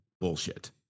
bullshit